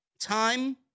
time